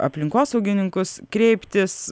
aplinkosaugininkus kreiptis